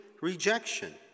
rejection